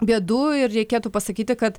bėdų ir reikėtų pasakyti kad